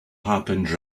happened